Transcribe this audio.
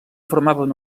formaven